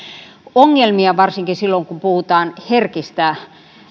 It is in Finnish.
ongelmiaan varsinkin silloin kun puhutaan herkistä